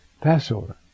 Passover